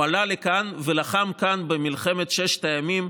הוא עלה לכאן ולחם כאן במלחמת ששת הימים.